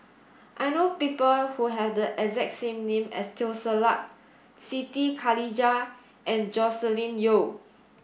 I know people who have the exact name as Teo Ser Luck Siti Khalijah and Joscelin Yeo